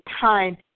time